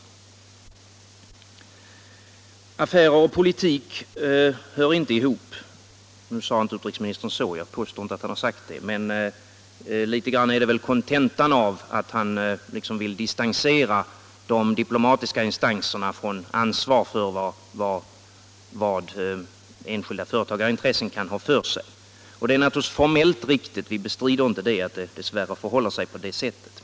Affärer och politik hör inte ihop — nu sade inte utrikesministern så, och jag påstår inte att han har sagt det, men litet grand är det väl kontentan av att han liksom vill distansera de diplomatiska instanserna från ansvar för vad enskilda företagarintressen kan ha för sig. Det är naturligtvis formellt riktigt; vi bestrider inte att det dess värre förhåller sig på det sättet.